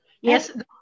Yes